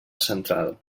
central